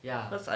ya